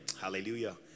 hallelujah